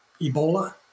ebola